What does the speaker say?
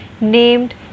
named